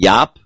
Yap